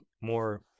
more